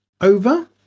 over